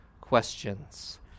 questions